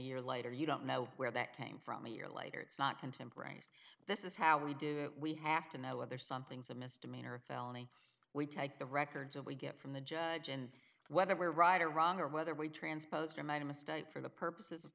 year later you don't know where that came from a year later it's not contemporaneous this is how we do it we have to know whether something's a misdemeanor felony we take the records of we get from the judge and whether we're right or wrong or whether we transposed or made a mistake for the purposes of